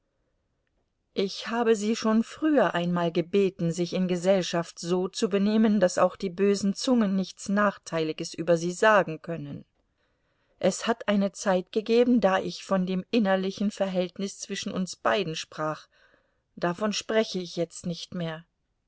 ich habe sie schon früher einmal gebeten sich in gesellschaft so zu benehmen daß auch die bösen zungen nichts nachteiliges über sie sagen können es hat eine zeit gegeben da ich von dem innerlichen verhältnis zwischen uns beiden sprach davon spreche ich jetzt nicht mehr